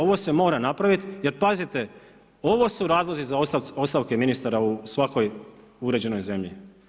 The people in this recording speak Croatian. Ovo se mora napravit, jer pazite ovo su razlozi za ostavke ministara u svakoj uređenoj zemlji.